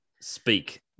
speak